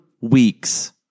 weeks